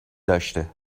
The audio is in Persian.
داشته